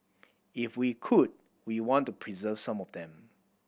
if we could we want to preserve some of them